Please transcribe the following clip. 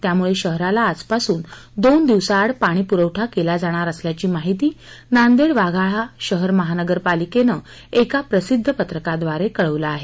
त्यामुळे शहराला आजपासून दोन दिवसा आड पाणी पुरवठा केला जाणार असल्याची माहिती नांदेड वाघाळा शहर महानगर पालिकेने एका प्रसिद्ध पत्रकाव्दारे कळविले आहे